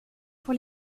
pour